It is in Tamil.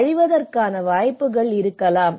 அழிவதற்கான வாய்ப்புகளும் இருக்கலாம்